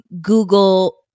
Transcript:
Google